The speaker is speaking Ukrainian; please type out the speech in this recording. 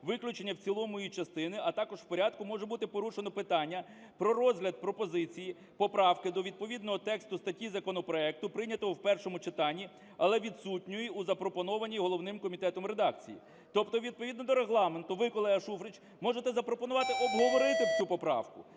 виключення в цілому її частини, а також в порядку може бути порушено питання про розгляд пропозиції поправки до відповідного тексту, статті законопроекту, прийнятого в першому читанні, але відсутньої у запропонованій головним комітетом редакції. Тобто відповідно до Регламенту ви, колега Шуфрич, можете запропонувати обговорити цю поправку.